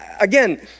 again